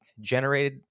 generated